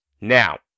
Now